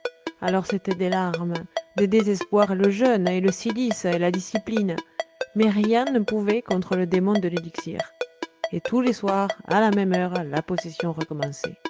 alors c'étaient des larmes des désespoirs et le jeûne et le cilice et la discipline mais rien ne pouvait contre le démon de l'élixir et tous les soirs à la même heure la possession